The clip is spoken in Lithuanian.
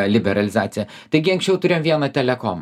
liberalizacija taigi anksčiau turėjom vieną telekom